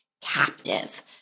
captive